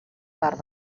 part